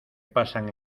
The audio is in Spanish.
pasan